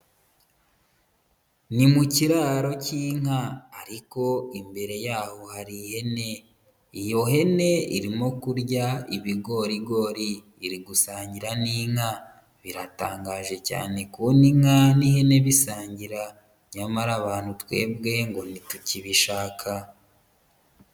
Ni mu kiraro cy'inka ariko imbere yaho hari ihene, iyo hene irimo kurya ibigorigori iri gusangira n'inka, biratangaje cyane kubona inka n'ihene bisangira, nyamara abantu twebwe ngo ntitukibishaka.